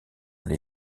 les